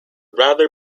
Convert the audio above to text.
rather